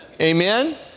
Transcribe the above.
Amen